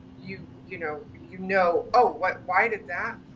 you you know you know, oh what, why did that,